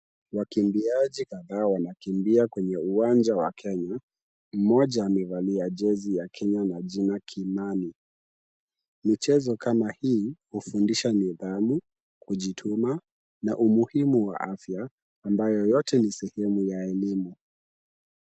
Wakimbiaji kadhaa wanakimbia kwenye uwanja wa Kenya , mmoja wa wakimbiaji amevalia jezi ya Kenya na jina Kimani. Michezo kama hii hufundisha nidhamu ,kujituma na umuhimu wa afya ambayo yote ni sehemu ya elimu.